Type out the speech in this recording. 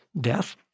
death